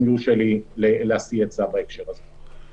אם יורשה לי להשיא עצה בהקשר הזה.